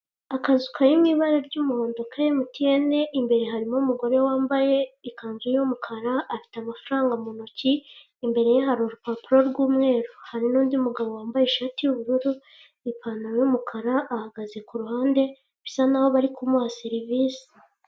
Akazu kari mu ibara ry'umuhondo ka MTN, imbere harimo umugore wambaye ikanzu y'umukara afite amafaranga mu ntoki imbere ye hari urupapuro rw'umweru, hari n'undi mugabo wambaye ishati y'ubururu, ipantaro y'umukara ahagaze ku ruhande bisa n'aho bari kumuha serivisi.